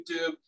youtube